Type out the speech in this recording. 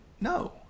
no